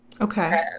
Okay